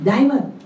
Diamond